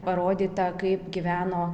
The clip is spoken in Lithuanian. parodyta kaip gyveno